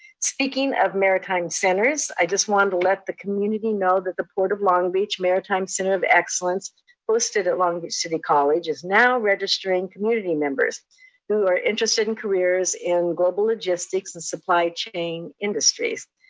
speaking of maritime centers, i just wanted to let the community know that the port of long beach maritime center of excellence hosted at long beach city college, is now registering community members who are interested in careers in global logistics and supply chain industries.